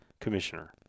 commissioner